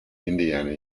indiana